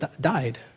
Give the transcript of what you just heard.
died